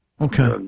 okay